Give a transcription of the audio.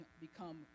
become